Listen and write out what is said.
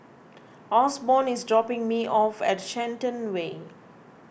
Osborn is dropping me off at Shenton Way